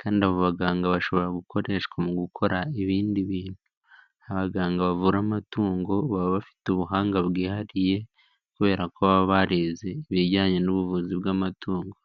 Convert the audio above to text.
kandi abo baganga bashobora gukoreshwa mu gukora ibindi bintu. Abaganga bavura amatungo baba bafite ubuhanga bwihariye kubera ko baba barize ibijyanye n'ubuvuzi bw'amatungo.